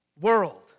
world